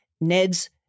Ned's